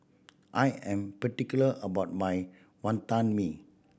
I am particular about my Wantan Mee